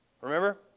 Remember